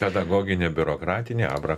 pedagoginė biurokratinė abra